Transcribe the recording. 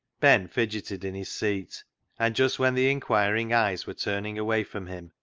ben fidgeted in his seat and just when the inquiring eyes were turning away from him,